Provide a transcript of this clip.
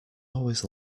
always